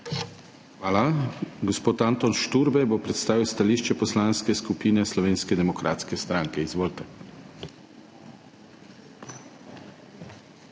Hvala. Gospod Anton Šturbej bo predstavil stališče Poslanske skupine Slovenske demokratske stranke. Izvolite.